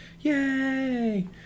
yay